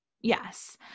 Yes